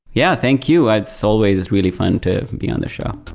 yeah, thank you. it's always really fun to be on the show.